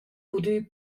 pudü